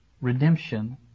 redemption